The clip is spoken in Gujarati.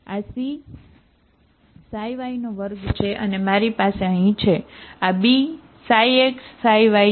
આ C y2 છે અને મારી પાસે અહીં છે આ B ξx ξy છે બરાબર